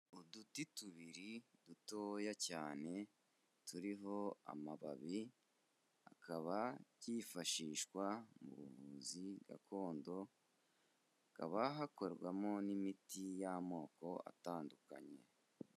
Uduti tubiri dutoya cyane turiho amababi, akaba byifashishwa mu buvuzi gakondo, hakaba hakorwamo n'imiti y'amoko atandukanye.